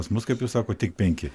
pas mus kaip jūs sakot tik penki